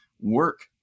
work